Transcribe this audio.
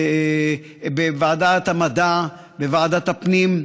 בוועדת המדע, בוועדת הפנים.